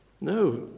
No